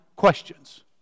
Questions